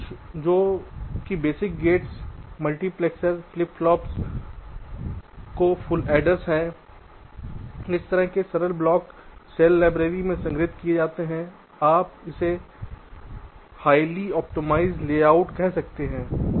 कुछ जो कि basic gates multiplexers flip flops को फुल एडर हैं इस तरह के सरल ब्लॉक सेल लाइब्रेरी में संग्रहीत किए जाते हैं आप इसे हाईली ऑप्टिमाइज्ड लेआउट कह सकते हैं